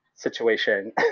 situation